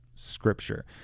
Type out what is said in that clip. scripture